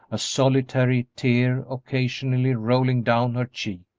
a solitary tear occasionally rolling down her cheek,